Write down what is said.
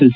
L